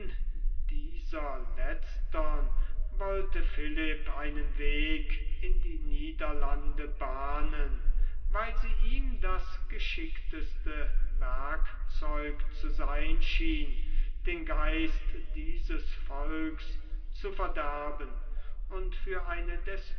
dieser letztern wollte philipp einen weg in die niederlande bahnen weil sie ihm das geschickteste werkzeug zu sein schien den geist dieses volks zu verderben und für eine